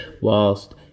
whilst